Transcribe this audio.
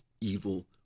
evil